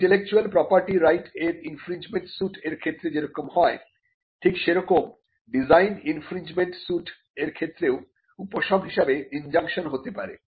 intellectual property right এর infringement suit এর ক্ষেত্রে যে রকম হয় ঠিক সেরকম ডিজাইন ইনফ্রিনজমেন্ট সুট এর ক্ষেত্রেও উপশম হিসেবে ইনজাংশন হতে পারে